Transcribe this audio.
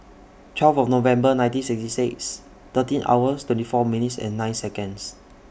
twelve November nineteen sixty six thirteen hours twenty four minutes and nine Seconds